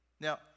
Now